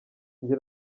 njye